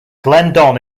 glendon